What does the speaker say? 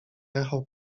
echo